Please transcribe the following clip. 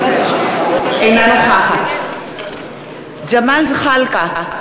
אינה נוכחת ג'מאל זחאלקה,